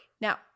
Now